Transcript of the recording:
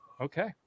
okay